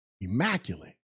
immaculate